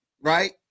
Right